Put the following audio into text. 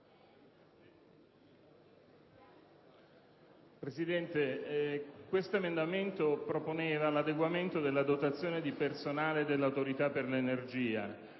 Presidente, l’emendamento 2.432 proponeva l’adeguamento della dotazione di personale dell’Autoritaper l’energia,